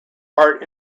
art